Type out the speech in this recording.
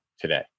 today